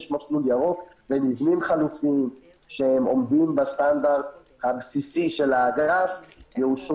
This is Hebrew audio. יש מסלול ירוק ומבנים חלופיים שהם עומדים בסטנדרט הבסיסי יאושרו,